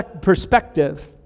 perspective